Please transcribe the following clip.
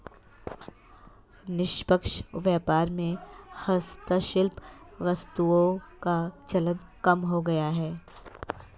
निष्पक्ष व्यापार में हस्तशिल्प वस्तुओं का चलन कम हो गया है